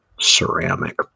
ceramic